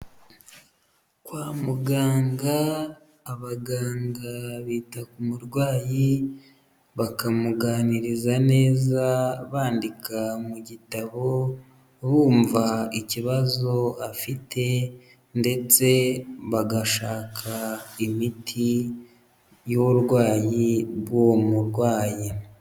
Kwa muganga, abaganga bita ku murwayi bakamuganiriza neza, bandika mu gitabo, bumva ikibazo afite ndetse bagashaka imiti y'uburwayi bw'uwo murwayi.